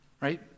right